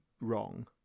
wrong